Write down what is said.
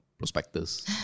Prospectors